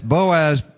Boaz